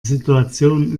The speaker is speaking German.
situation